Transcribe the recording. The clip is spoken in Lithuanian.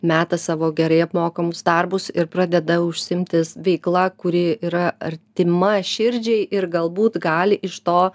meta savo gerai apmokamus darbus ir pradeda užsiimtis veikla kuri yra artima širdžiai ir galbūt gali iš to